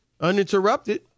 uninterrupted